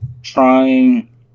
trying